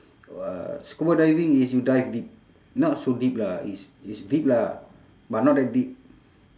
uh scuba diving is you dive deep not so deep lah it's it's deep lah but not that deep